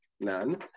none